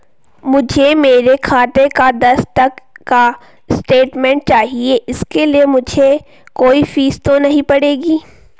मुझे मेरे खाते का दस तक का स्टेटमेंट चाहिए इसके लिए मुझे कोई फीस तो नहीं पड़ेगी?